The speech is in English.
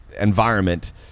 environment